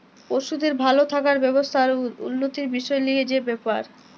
পশুদের ভাল থাকার ব্যবস্থা আর উল্যতির বিসয় লিয়ে যে ব্যাপার